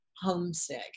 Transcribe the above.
homesick